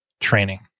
training